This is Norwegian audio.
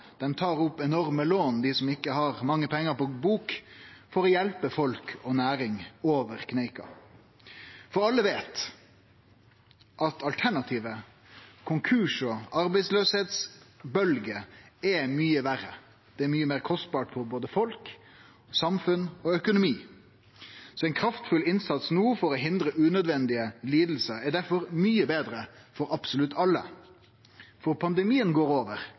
Dei som ikkje har mange pengar på bok, tar opp enorme lån for å hjelpe folk og næringar over kneika. For alle veit at alternativet – konkursar og ei bølgje av arbeidsløyse – er mykje verre. Det er mykje meir kostbart for både folk, samfunn og økonomi, så ein kraftfull innsats no for å hindre unødvendige lidingar er derfor mykje betre for absolutt alle. For pandemien går over.